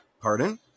Pardon